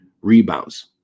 rebounds